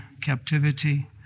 captivity